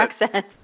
accent